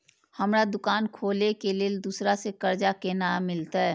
हमरा दुकान खोले के लेल दूसरा से कर्जा केना मिलते?